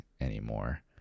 anymore